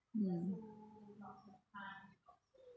mm